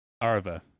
Arva